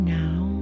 now